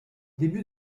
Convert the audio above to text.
début